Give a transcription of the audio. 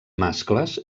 mascles